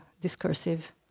discursive